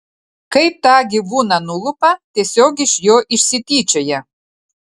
kaip tą gyvūną nulupa tiesiog iš jo išsityčioja